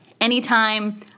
anytime